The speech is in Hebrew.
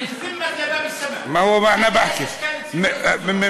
(אומר בערבית: מפיך לשערי שמים.) (אומר